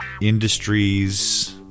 Industries